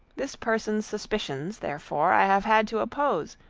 this person's suspicions, therefore, i have had to oppose,